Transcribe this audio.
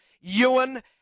Ewan